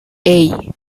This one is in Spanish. hey